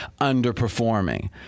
underperforming